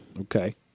Okay